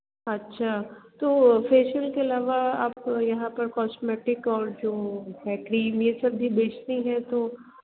अच्छा तो फेशियल के अलावा आप यहाँ पर कॉस्मेटिक और जो है क्रीम यह सब भी बेचती हैं तो